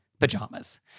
pajamas